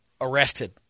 arrested